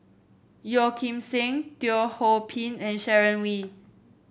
Yeo Kim Seng Teo Ho Pin and Sharon Wee